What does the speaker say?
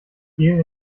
gel